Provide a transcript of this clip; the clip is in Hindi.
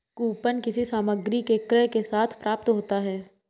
कूपन किसी सामग्री के क्रय के साथ प्राप्त होता है